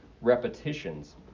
repetitions